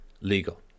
legal